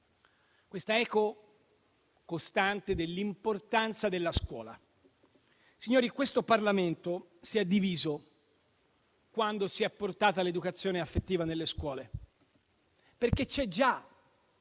l'eco costante dell'importanza della scuola. Signori, questo Parlamento si è diviso quando si è portata l'educazione affettiva nelle scuole, perché c'è già